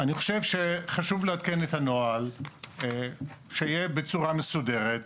אני חושב שחשוב לעדכן את הנוהל בצורה מסודרת,